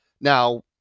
Now